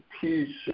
peace